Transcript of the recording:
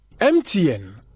MTN